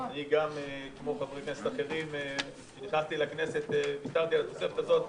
אני גם כמו חברי כנסת אחרים כשנכנסתי לכנסת ויתרתי על התוספת הזאת,